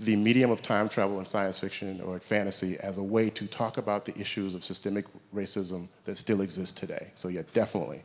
the medium of time travel and science fiction and or fantasy as a way to talk about the issues of systemic racism that still exists today. so yeah definitely.